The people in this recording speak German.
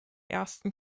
ersten